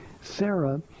Sarah